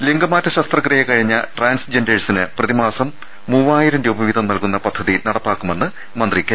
ലിംഗമാറ്റ ശസ്ത്രക്രിയ കഴിഞ്ഞ ട്രാൻസ്ജെന്റേഴ്സിന് പ്രതിമാസം മൂവായിരംരൂപവീതം നൽകുന്ന പദ്ധതി നടപ്പാക്കുമെന്ന് മന്ത്രി കെ